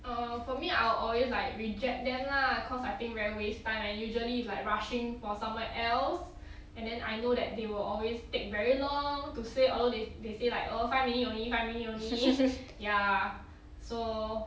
err for me I'll always like reject them lah cause I think very waste time and usually it's like rushing for somewhere else and then I know that they will always take very long to say although they they say like oh five minute only five minute only ya so